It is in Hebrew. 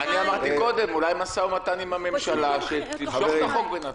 אמרתי קודם: אולי משא ומתן עם הממשלה שתמשוך את החוק.